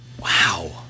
Wow